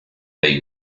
dei